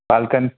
पालकांनी